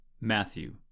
Matthew